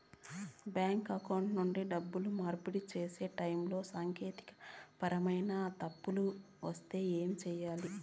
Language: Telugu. బ్యాంకు అకౌంట్ నుండి డబ్బులు మార్పిడి సేసే టైములో సాంకేతికపరమైన తప్పులు వస్తే ఏమి సేయాలి